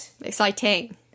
Exciting